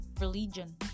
religion